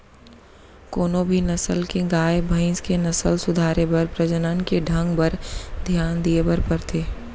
कोनों भी नसल के गाय, भईंस के नसल सुधारे बर प्रजनन के ढंग बर धियान दिये बर परथे